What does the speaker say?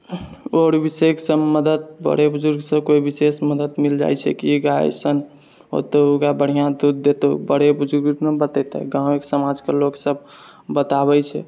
आओर विशेष मदति बड़े बुजुर्गसँ कोइ विशेष मदति मिलि जाइ छै की ई गाय अइसन होतो ओ गाय बढ़िआँ दूध देतौ बड़े बुजुर्ग ओइठुना बतेतै गाँवे समाजके लोक सब बताबै छै